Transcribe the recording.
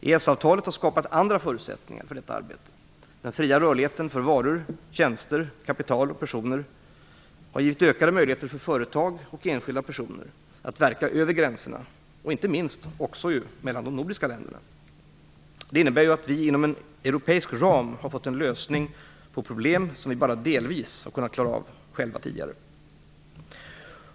EES-avtalet har skapat andra förutsättningar för detta arbete. Den fria rörligheten för varor, tjänster, kapital och personer har gett ökade möjligheter för företag och enskilda personer att verka över gränserna, inte minst mellan de nordiska länderna. Det innebär att vi, inom en europeisk ram, har fått en lösning på problem som vi bara delvis har klarat av själva tidigare.